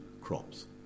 crops